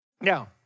Now